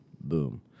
boom